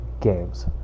games